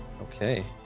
Okay